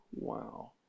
Wow